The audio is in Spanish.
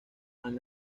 han